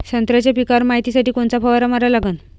संत्र्याच्या पिकावर मायतीसाठी कोनचा फवारा मारा लागन?